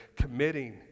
committing